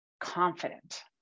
confident